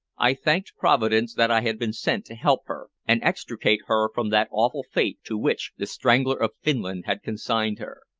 i thanked providence that i had been sent to help her and extricate her from that awful fate to which the strangler of finland had consigned her.